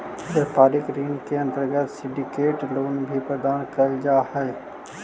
व्यापारिक ऋण के अंतर्गत सिंडिकेट लोन भी प्रदान कैल जा हई